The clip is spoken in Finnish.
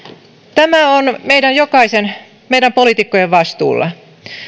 tämä on meidän jokaisen meidän poliitikkojen vastuulla